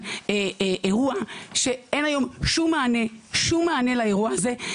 אירוע שאין היום שום מענה לאירוע הזה.